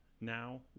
now